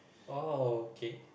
oh okay